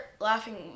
laughing